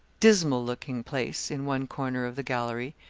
dismal looking place in one corner of the gallery,